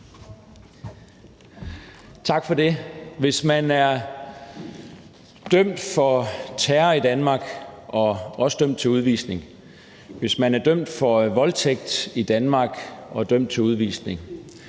Tak for det. Hvis man er dømt for terror i Danmark og dømt til udvisning, hvis man er dømt for voldtægt i Danmark og dømt til udvisning,